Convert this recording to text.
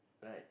but